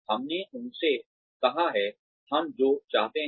हमने उनसे कहा है हम जो चाहते हैं